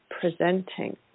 presenting